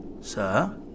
Sir